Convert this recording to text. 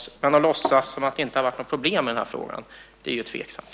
Det är bättre än att låtsas som att det inte har varit något problem i den här frågan. Det är tveksamt.